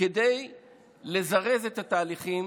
לזרז את התהליכים,